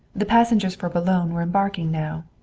the passengers for boulogne were embarking now.